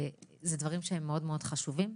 אלה דברים שהם מאוד-מאוד חשובים.